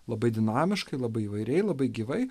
labai dinamiškai labai įvairiai labai gyvai